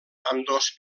ambdós